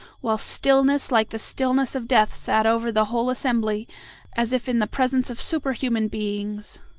while stillness like the stillness of death sat over the whole assembly as if in the presence of superhuman beings